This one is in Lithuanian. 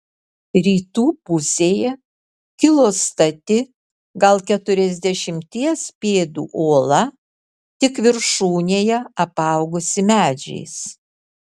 rytų pusėje kilo stati gal keturiasdešimties pėdų uola tik viršūnėje apaugusi medžiais